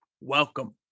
Welcome